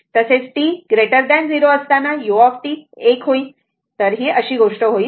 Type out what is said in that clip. तसेच t 0 असताना u 1 होईल ही गोष्ट होईल